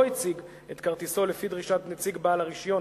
הציג את כרטיסו לפי דרישת נציג בעל הרשיון,